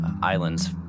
island's